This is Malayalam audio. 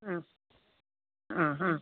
ആ ആ ആ